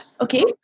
Okay